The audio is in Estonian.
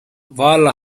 valla